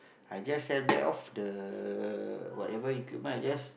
I just sell back off the whatever equipment I just